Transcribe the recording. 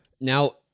Now